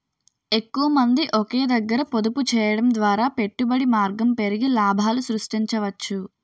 ఎక్కువమంది ఒకే దగ్గర పొదుపు చేయడం ద్వారా పెట్టుబడి మార్గం పెరిగి లాభాలు సృష్టించవచ్చు